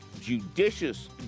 Judicious